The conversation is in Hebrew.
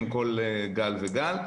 עם כל גל וגל.